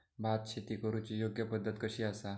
भात शेती करुची योग्य पद्धत कशी आसा?